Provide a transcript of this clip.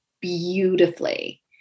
beautifully